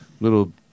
little